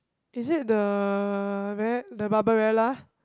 is it the very the Barbarella